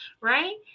right